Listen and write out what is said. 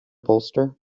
bolster